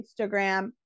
Instagram